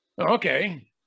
Okay